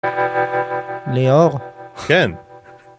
ליאור כן.